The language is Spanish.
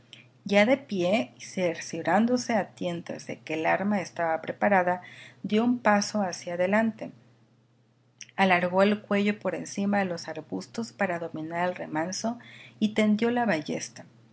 ya de pie y cerciorándose a tientas de que el arma estaba preparada dio un paso hacía delante alargó el cuello por encima de los arbustos para dominar el remanso y tendió la ballesta